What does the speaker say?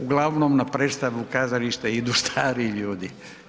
Uglavnom na predstavu kazališta idu stariji ljudi.